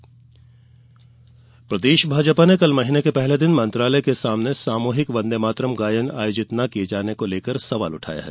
वंदेमातरम प्रदेश भाजपा ने कल महीने के पहले दिन मंत्रालय के सामने सामूहिक वंदेमातरम गायन आयोजित न किये जाने को लेकर सवाल उठाया है